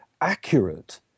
accurate